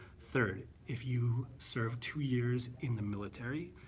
third, if you serve two years in the military.